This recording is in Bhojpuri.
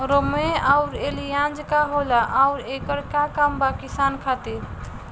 रोम्वे आउर एलियान्ज का होला आउरएकर का काम बा किसान खातिर?